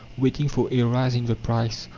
waiting for a rise in the price,